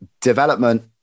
development